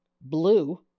blue